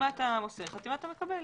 חתימת המוסר וחתימת המקבל.